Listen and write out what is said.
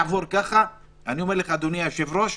אדוני היושב-ראש,